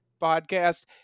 podcast